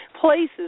places